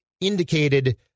indicated